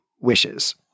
wishes